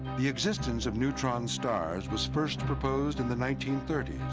the existence of neutron stars was first proposed in the nineteen thirty